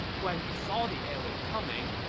guan yu saw the arrow coming,